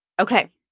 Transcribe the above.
Okay